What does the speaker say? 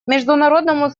международному